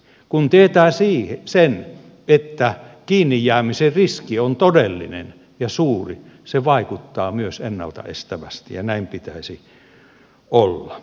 kun tietää sen että kiinni jäämisen riski on todellinen ja suuri se vaikuttaa myös ennaltaestävästi ja näin pitäisi olla